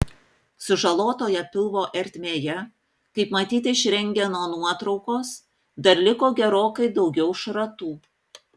sužalotoje pilvo ertmėje kaip matyti iš rentgeno nuotraukos dar liko gerokai daugiau šratų